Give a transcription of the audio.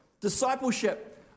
Discipleship